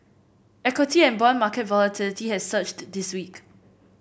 equity and bond market volatility has surged this week